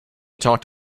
talked